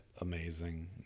amazing